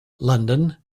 london